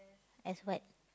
as what